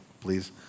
please